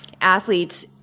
athletes